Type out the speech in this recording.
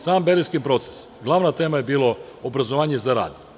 Sam berlinski proces glavna tema je bila obrazovanje za rad.